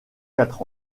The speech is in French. quatre